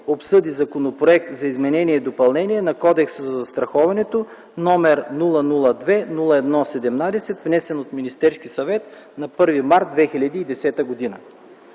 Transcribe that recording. обсъди Законопроект за изменение и допълнение на Кодекса за застраховането, № 002-01-17, внесен от Министерския съвет на 1 март 2010 г.